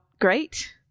great